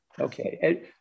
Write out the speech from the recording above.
Okay